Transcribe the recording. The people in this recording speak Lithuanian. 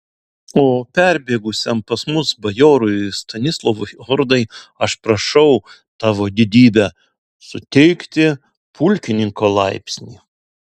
o perbėgusiam pas mus bajorui stanislovui ordai aš prašau tavo didybe suteikti pulkininko laipsnį